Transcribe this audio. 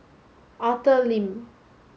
Arthur Lim